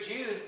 Jews